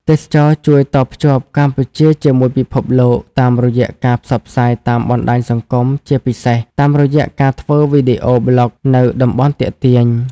ទេសចរណ៍ជួយតភ្ជាប់កម្ពុជាជាមួយពិភពលោក តាមរយៈការផ្សព្វផ្សាយតាមបណ្តាញសង្គមជាពិសេសតាមរយះការធ្វើវីដេអូប្លុកនៅតំបន់ទាក់ទាញ។